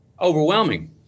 Overwhelming